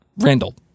Randall